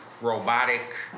robotic